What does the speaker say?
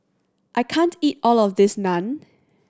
I can't eat all of this Naan